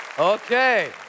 Okay